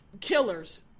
killers